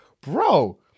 Bro